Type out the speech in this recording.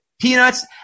Peanuts